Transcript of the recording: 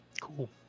Cool